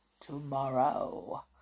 tomorrow